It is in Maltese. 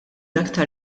aktar